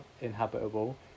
inhabitable